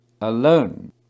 alone